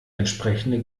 entsprechende